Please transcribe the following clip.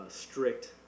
strict